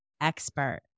expert